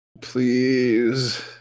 Please